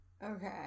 okay